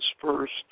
first